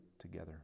together